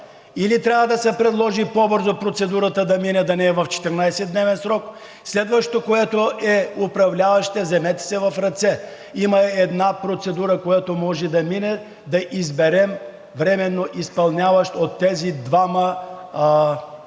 или трябва да се предложи по-бързо процедурата да мине – да не е в 14-дневен срок, следващото, което е, управляващите, вземете се в ръце. Има една процедура, която може да мине – да изберем временно изпълняващ от тези двама, които са